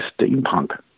steampunk